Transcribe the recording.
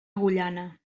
agullana